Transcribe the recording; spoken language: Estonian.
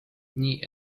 nii